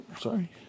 Sorry